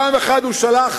פעם אחת הוא שלח